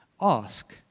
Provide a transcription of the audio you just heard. Ask